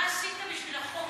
מה עשית בשביל החוק הזה?